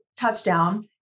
touchdown